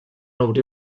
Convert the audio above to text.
obrir